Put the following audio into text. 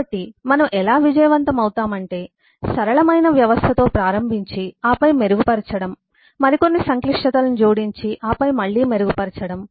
కాబట్టి మనం ఎలా విజయవంతం అవుతామంటే సరళమైన వ్యవస్థతో ప్రారంభించి ఆపై మెరుగుపరచడం మరికొన్ని సంక్లిష్టతలను జోడించి ఆపై మళ్లీ మెరుగుపరచడం